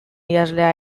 idazlea